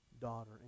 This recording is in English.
daughter